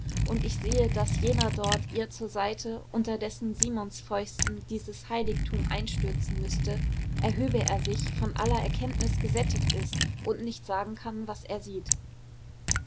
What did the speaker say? und ich sehe daß jener dort ihr zur seite unter dessen simsonfäusten dieses heiligtum einstürzen müßte erhöbe er sich von aller erkenntnis gesättigt ist und nicht sagen kann was er sieht